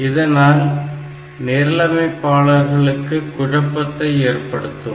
இதனால் நிரலமைப்பாளர்களுக்கு குழப்பத்தை ஏற்படுத்தும்